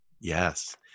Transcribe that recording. Yes